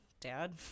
Dad